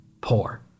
poor